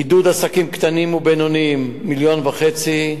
עידוד עסקים קטנים ובינוניים, 1.5 מיליון,